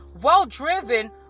well-driven